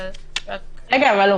אבל --- אבל,